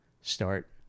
start